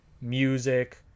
music